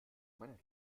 meiner